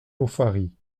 nauphary